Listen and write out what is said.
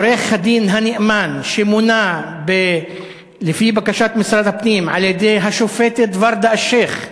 עורך-הדין הנאמן שמונה לפי בקשת משרד הפנים על-ידי השופטת ורדה אלשיך,